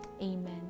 Amen